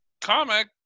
comic